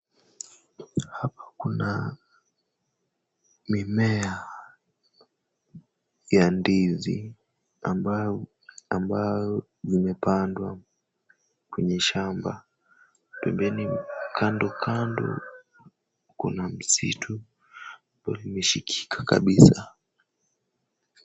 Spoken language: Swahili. Hapa kuna mimea ya ndizi ambayo imepandwa kwenye shamba pembeni. Kando kando kuna misitu ambayo imeshikika kabisa.